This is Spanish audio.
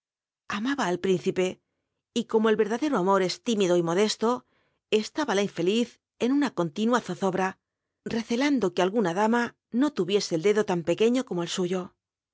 maba al principc y como el rcrdadcro amor es limido y modcslo e laba la infeliz en una onlinua zozobra recelando que alguna biblioteca nacional de españa lt clama no ttn ic c cl clcdo tan pc ul'iio romo el su